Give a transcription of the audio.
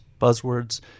buzzwords